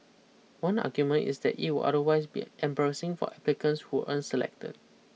one argument is that it would otherwise be embarrassing for applicants who aren't selected